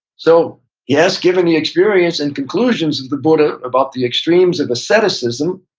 so yes, given the experience and conclusions of the buddha about the extremes of aestheticism,